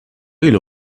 ilu